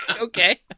Okay